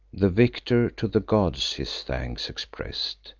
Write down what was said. the victor to the gods his thanks express'd,